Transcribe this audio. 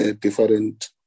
different